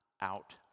out